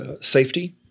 safety